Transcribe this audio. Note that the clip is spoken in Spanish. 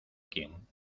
quien